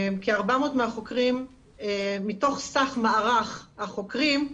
מתוך סך מערך החוקרים,